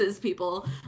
people